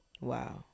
Wow